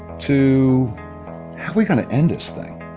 to how are we going to end this thing?